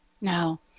No